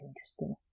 interesting